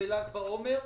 בל"ג בעומר.